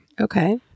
Okay